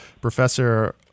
Professor